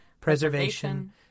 preservation